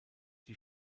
die